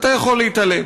אתה יכול להתעלם,